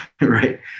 right